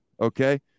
Okay